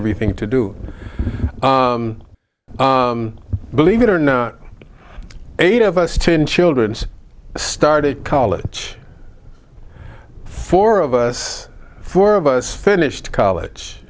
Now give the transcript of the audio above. everything to do believe it or not eight of us two in children's started college four of us four of us finished college